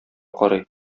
карый